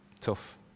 tough